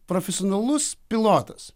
profesionalus pilotas